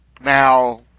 Now